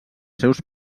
seus